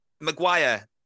Maguire